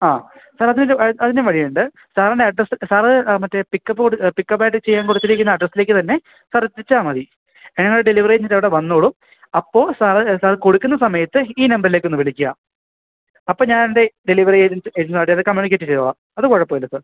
ആ സാർ അതിന് അതിനും വഴിയുണ്ട് സാറിൻ്റെ അഡ്രസ്സ് സര് മറ്റേ പിക്കപ്പ് പിക്കപ്പായിട്ട് ചെയ്യാൻ കൊടുത്തിരിക്കുന്ന അഡ്രസ്സിലേക്കു തന്നെ സർ എത്തിച്ചാല് മതി ഞങ്ങളെ ഡെലിവറി ഏജന്റ് അവിടെ വന്നോളൂം അപ്പോള് സാർ സാർ കൊടുക്കുന്ന സമയത്ത് ഈ നമ്പറിലേക്ക് ഒന്നു വിളിക്കാം അപ്പോള് ഞാനെൻ്റെ ഡെലിവറി ഏജന്റ് അത് കമ്മ്യൂണിക്കേറ്റ് ചെയ്തോളാം അതു കുഴപ്പമില്ല സാർ